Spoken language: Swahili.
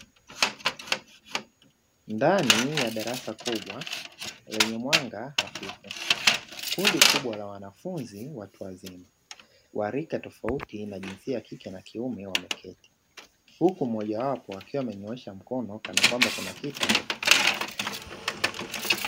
Ndani ya darasa kubwa lenye mwanga hafifu kundi kubwa la wanafunzi watu wazima wa rika tofauti na jinsia ya kike na kiume, wameketi huku mmoja wapo akiwa amenyoosha mkono kanakwamba kuna kitu anataka kuuliza.